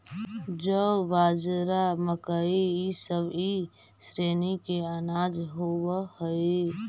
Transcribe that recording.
जौ, बाजरा, मकई इसब ई श्रेणी के अनाज होब हई